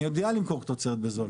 אני יודע למכור תוצרת בזול,